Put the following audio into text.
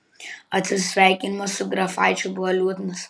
atsisveikinimas su grafaičiu buvo liūdnas